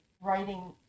writing